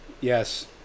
Yes